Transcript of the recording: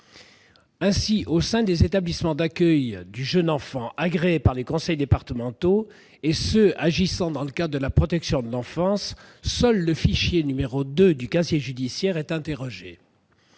Ainsi, au sein des établissements d'accueil du jeune enfant agréés par les conseils départementaux et dans ceux agissant dans le cadre de la protection de l'enfance, seul le bulletin n° 2 du casier judiciaire est interrogé.